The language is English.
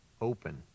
open